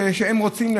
שהם רוצים,